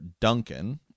Duncan